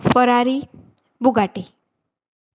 Ferrari Bugatti